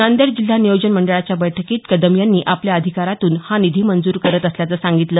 नांदेड जिल्हा नियोजन मंडळाच्या बैठकीत आज कदम यांनी आपल्या अधिकारातून हा निधी मंजूर करत असल्याचं सांगितलं